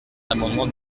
l’amendement